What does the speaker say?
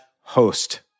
host